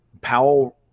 Powell